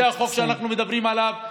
זה החוק שאנחנו מדברים עליו,